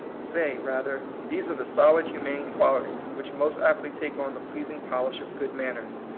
say, rather, these are the solid humane qualities, which most aptly take on the pleasing polish of good manners,